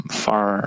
far